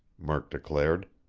murk declared.